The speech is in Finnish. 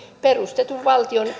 perustetun valtion